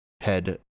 head